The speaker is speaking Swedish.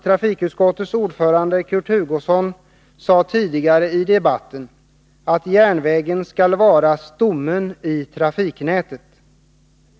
Trafikutskottets ordförande Kurt Hugosson sade tidigare i debatten att järnvägen skall vara stommen i trafiknätet.